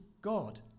God